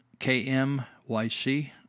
KMYC